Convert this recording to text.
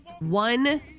one